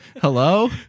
hello